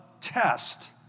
test